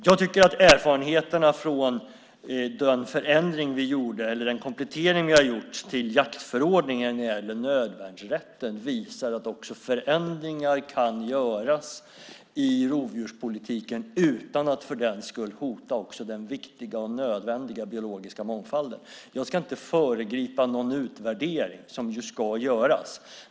Jag tycker att erfarenheterna från den komplettering vi har gjort av jaktförordningen när det gäller nödvärnsrätten också visar att förändringar kan göras i rovdjurspolitiken utan att för den skull hota den viktiga och nödvändiga biologiska mångfalden. Jag ska inte föregripa den utvärdering som ska göras.